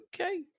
Okay